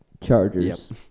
Chargers